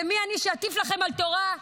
ומי אני שאטיף לכם על תורה.